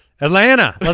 Atlanta